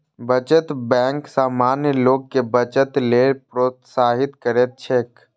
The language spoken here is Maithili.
बचत बैंक सामान्य लोग कें बचत लेल प्रोत्साहित करैत छैक